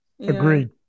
Agreed